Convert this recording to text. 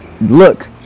Look